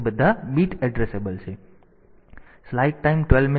તેથી તે બધા બીટ એડ્રેસેબલ છે